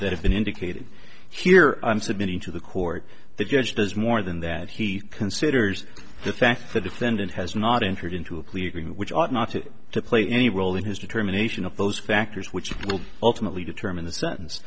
that have been indicated here i'm submitting to the court the judge does more than that he considers the fact the defendant has not entered into a plea agreement which ought not to to play any role in his determination of those factors which will ultimately determine the